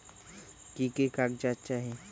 की की कागज़ात चाही?